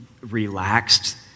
relaxed